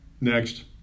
Next